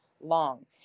long